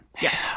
Yes